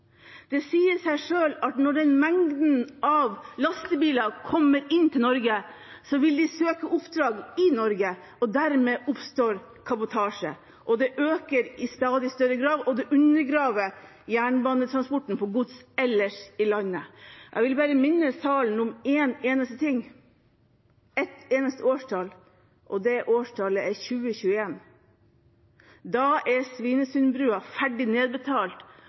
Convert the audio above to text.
Det sier seg selv at når den mengden lastebiler kommer inn til Norge, vil de søke oppdrag i Norge. Dermed oppstår kabotasje. Det øker i stadig større grad, og det undergraver jernbanetransporten av gods ellers i landet. Jeg vil bare minne salen om én eneste ting, ett eneste årstall – og det årstallet er 2021. Da er Svinesundsbrua ferdig nedbetalt,